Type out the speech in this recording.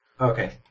Okay